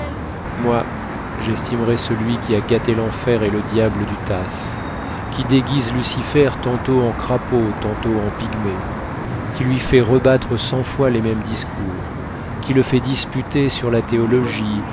moi j'estimerais celui qui a gâté l'enfer et le diable du tasse qui déguise lucifer tantôt en crapaud tantôt en pygmée qui lui fait rebattre cent fois les mêmes discours qui le fait disputer sur la théologie